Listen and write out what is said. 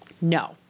No